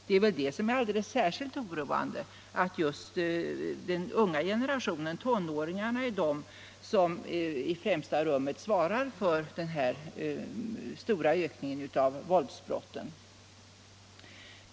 Det är väl det som är alldeles särskilt oroande att just den unga generationen, tonåringarna, i främsta rummet svarar för den stora ökningen av våldsbrotten.